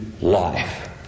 life